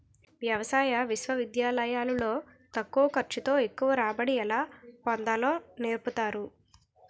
వ్యవసాయ విశ్వవిద్యాలయాలు లో తక్కువ ఖర్చు తో ఎక్కువ రాబడి ఎలా పొందాలో నేర్పుతారు